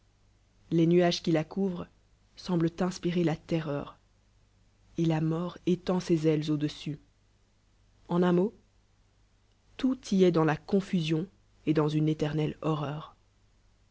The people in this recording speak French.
les nuages qui la couvrent semblent inspirer la terreur et'la mort étend ses ailes audessus en un mot tout y est dans la confusion et dans une éternelle horreur